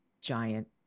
giant